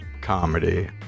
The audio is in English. comedy